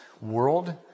world